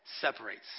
separates